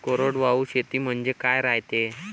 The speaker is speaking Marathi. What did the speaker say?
कोरडवाहू शेती म्हनजे का रायते?